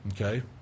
Okay